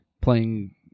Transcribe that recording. playing